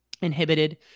inhibited